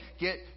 get